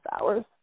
hours